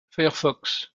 firefox